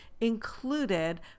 included